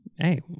hey